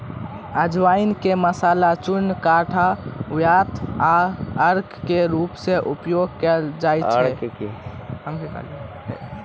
अजवाइन के मसाला, चूर्ण, काढ़ा, क्वाथ आ अर्क के रूप मे उपयोग कैल जाइ छै